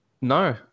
No